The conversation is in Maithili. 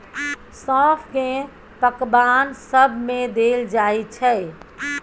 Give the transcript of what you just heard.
सौंफ केँ पकबान सब मे देल जाइ छै